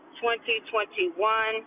2021